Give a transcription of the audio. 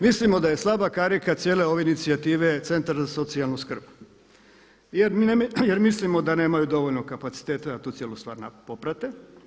Mislimo da je slaba karika cijele ove inicijative centar za socijalnu skrb jer mislimo da nemaju dovoljno kapaciteta da tu cijelu stvar poprate.